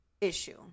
issue